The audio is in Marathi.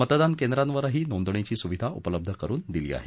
मतदान केंद्रांवरही नोंदणीची सुविधा उपलब्ध करून देण्यात आली आहे